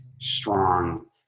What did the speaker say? strong